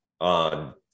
on